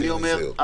אני אומר,